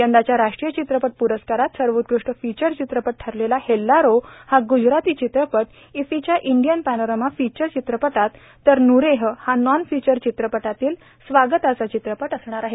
यंदाच्या राष्ट्रीय चित्रपट प्रस्कारात सर्वोत्कृष्ट फिचर चित्रपट ठरलेला हेल्लारो हा ग्जराती चित्रपट इफ्फीच्या इंडियन पॅनोरमामध्ये फिचर चित्रपटांतील तर न्रेह हा नॉन फिचर चित्रपटांतील स्वागताचा चित्रपट असणार आहे